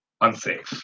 unsafe